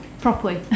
properly